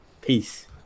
peace